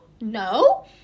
No